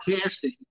casting